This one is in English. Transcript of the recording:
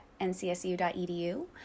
ncsu.edu